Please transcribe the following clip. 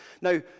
Now